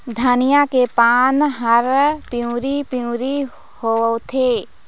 धनिया के पान हर पिवरी पीवरी होवथे?